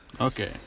Okay